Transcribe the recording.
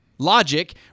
Logic